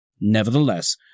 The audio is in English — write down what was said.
Nevertheless